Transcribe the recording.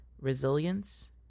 resilience